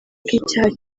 icyaha